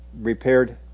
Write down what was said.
Repaired